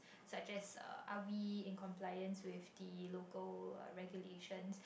such as uh are we in compliance with the local regulations